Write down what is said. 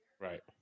Right